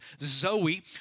Zoe